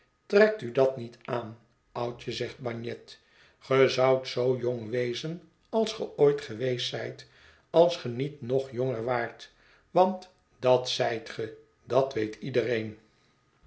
trek u dat niet aan oudje zegt bagnet ge zoudt zoo jong wezen als ge ooit geweest zijt als ge niet nog jonger waart want dat zijt ge dat weet iedereen